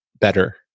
better